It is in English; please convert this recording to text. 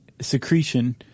secretion